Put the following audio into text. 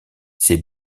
ces